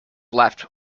left